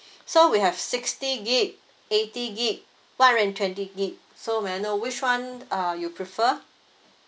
so we have sixty G_B eighty G_B one hundred and twenty G_B so may I know which one uh you prefer